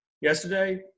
yesterday –